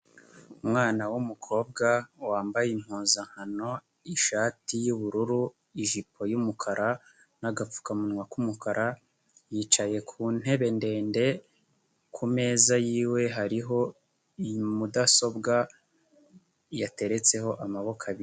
Umwana w'umukobwa wambaye impuzankano, ishati y'ubururu, ijipo y'umukara n'agapfukamunwa k'umukara, yicaye ku ntebe ndende ku meza ye hariho mudasobwa yateretseho amaboko abiri.